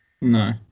No